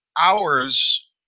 hours